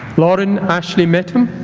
lauren ashley mettam